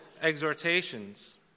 exhortations